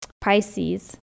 pisces